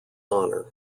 honour